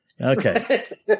Okay